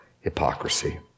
hypocrisy